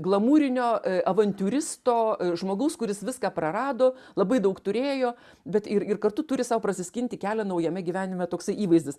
glamūrinio avantiūristo žmogaus kuris viską prarado labai daug turėjo bet ir ir kartu turi sau prasiskinti kelią naujame gyvenime toksai įvaizdis